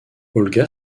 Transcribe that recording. olga